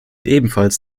ebenfalls